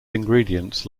ingredients